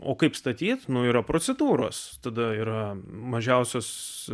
o kaip statyt nu yra procedūros tada yra mažiausios